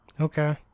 Okay